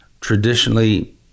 traditionally